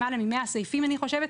למעלה מ-100 סעיפים אני חושבת,